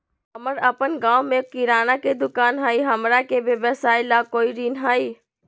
हमर अपन गांव में किराना के दुकान हई, हमरा के व्यवसाय ला कोई ऋण हई?